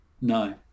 No